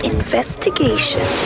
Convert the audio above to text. Investigation